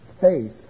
faith